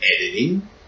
editing